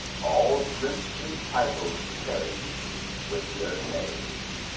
all princely titles perish with their name.